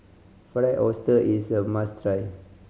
Fried Oyster is a must try